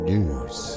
News